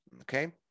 okay